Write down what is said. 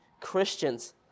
Christians